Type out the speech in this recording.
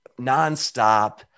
nonstop